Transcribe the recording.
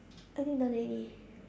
I think done already